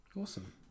Awesome